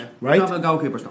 right